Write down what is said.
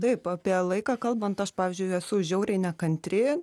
taip apie laiką kalbant aš pavyzdžiui esu žiauriai nekantri